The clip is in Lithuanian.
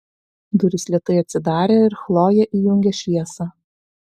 durys lėtai atsidarė ir chlojė įjungė šviesą